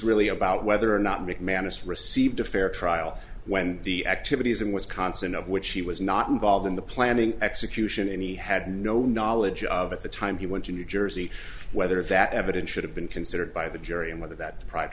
really about whether or not mcmanus received a fair trial when the activities in wisconsin of which he was not involved in the planning execution he had no knowledge of at the time he went to new jersey whether that evidence should have been considered by the jury and whether that